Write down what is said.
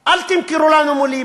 אל תמכרו לנו מילים.